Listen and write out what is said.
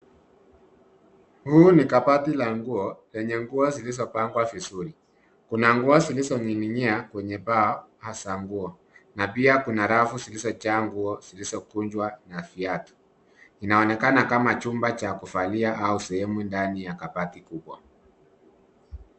Huu ni kabati la nguo, yenye nguo zilizopangwa vizuri. Kuna nguo zilizo ninginia kwenye paa hasa nguo. Na pia kuna rafu zilizojaa nguo, zilizokunjwa na viatu. Inaonekana kama chumba cha kuvalia au sehemu ndani ya kabati kubwa.